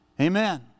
amen